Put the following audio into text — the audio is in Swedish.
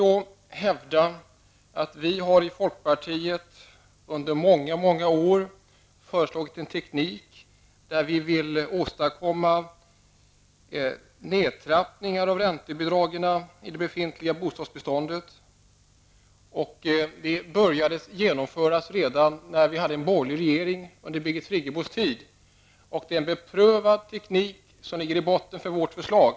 Jag hävdar att folkpartiet i många år har föreslagit en teknik med hjälp av vilken man åstadkommer en nedtrappning av räntebidragen i befintliga bostadsbestånd. Det systemet började genomföras under den borgerliga regeringstiden med Birgit Friggebo som bostadsminister. Det är en beprövad teknik som ligger i botten för vårt förslag.